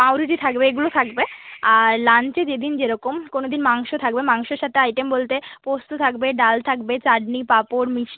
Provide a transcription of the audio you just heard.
পাউরুটি থাকবে এগুলো থাকবে আর লাঞ্চে যেদিন যেরকম কোনো দিন মাংস থাকবে মাংসর সাথে আইটেম বলতে পোস্ত থাকবে ডাল থাকবে চাটনি পাপড় মিষ্টি